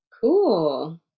cool